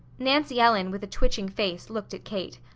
nancy ellen, with a twitching face, looked at kate.